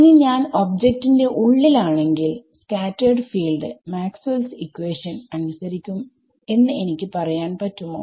ഇനി ഞാൻ ഒബ്ജക്റ്റ് ന്റെ ഉള്ളിൽ ആണെങ്കിൽ scattered field Maxwell equation Maxwells equation അനുസരിക്കും എന്ന് എനിക്ക് പറയാൻ പറ്റുമോ